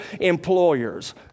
employers